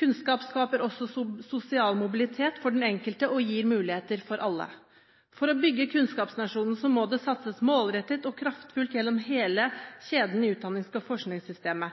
Kunnskap skaper også sosial mobilitet for den enkelte og gir muligheter for alle. For å bygge kunnskapsnasjonen må det satses målrettet og kraftfullt gjennom hele